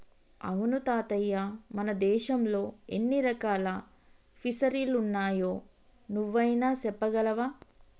అవును తాతయ్య మన దేశంలో ఎన్ని రకాల ఫిసరీలున్నాయో నువ్వైనా సెప్పగలవా